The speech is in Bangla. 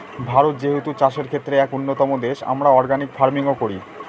ভারত যেহেতু চাষের ক্ষেত্রে এক উন্নতম দেশ, আমরা অর্গানিক ফার্মিং ও করি